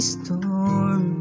storm